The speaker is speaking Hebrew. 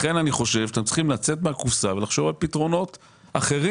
לכן אני חושב שאתם צריכים לצאת מהקופסה ולחשוב על פתרונות אחרים.